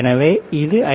எனவே இது ஐ